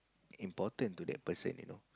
important to that person you know